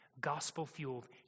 gospel-fueled